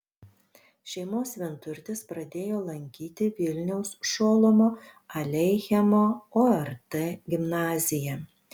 šeimos vienturtis pradėjo lankyti vilniaus šolomo aleichemo ort gimnaziją